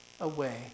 away